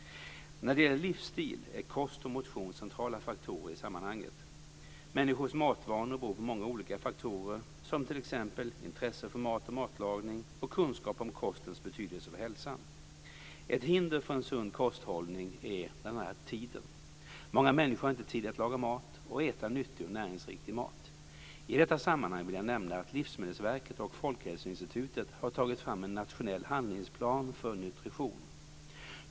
När det gäller livsstil är kost och motion centrala faktorer i sammanhanget. Människors matvanor beror på många olika faktorer, som t.ex. intresse för mat och matlagning och kunskap om kostens betydelse för hälsan. Ett hinder för en sund kosthållning är bl.a. tiden. Många människor har inte tid att laga och äta nyttig och näringsriktig mat. I detta sammanhang vill jag nämna att Livsmedelsverket och Folkhälsoinstitutet har tagit fram en nationell handlingsplan för nutrition.